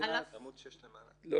פתאום